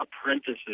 apprentices